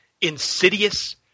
Insidious